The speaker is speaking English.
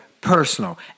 personal